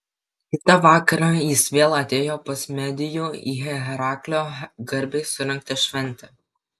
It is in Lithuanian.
kitą vakarą jis vėl atėjo pas medijų į heraklio garbei surengtą šventę